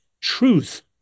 truth